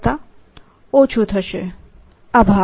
BinB230H HinB0 13M MMHinMB0 M3M M 3 M3MB0